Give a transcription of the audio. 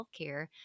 healthcare